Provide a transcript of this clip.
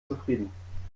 zufrieden